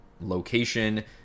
location